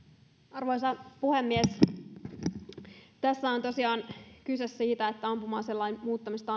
arvoisa puhemies tässä on tosiaan kyse siitä että ampuma aselain muuttamisesta